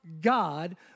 God